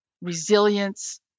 resilience